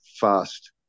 fast